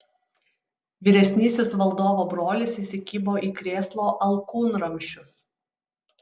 vyresnysis valdovo brolis įsikibo į krėslo alkūnramsčius